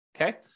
okay